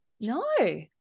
No